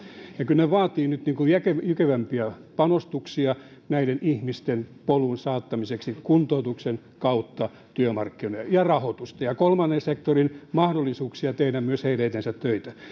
ja kyllä se vaatii nyt niin kuin jykevämpiä panostuksia näiden ihmisten polun saattamiseksi kuntoutuksen kautta työmarkkinoille ja rahoitusta ja kolmannen sektorin mahdollisuuksia tehdä myös heidän eteensä töitä